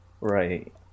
right